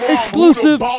Exclusive